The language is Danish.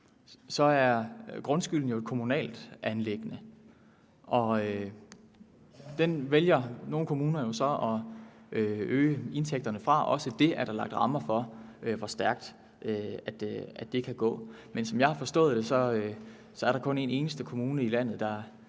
Så er grundskylden jo et kommunalt anliggende, den vælger nogle kommuner så at øge indtægterne fra. Hvor stærkt det kan gå, er der også lagt rammer for. Men som jeg har forstået det, er der kun en eneste kommune i landet,